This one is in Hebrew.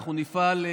ואנחנו נפעל.